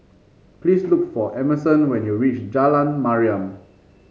please look for Emerson when you reach Jalan Mariam